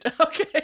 okay